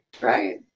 right